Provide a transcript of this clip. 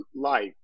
life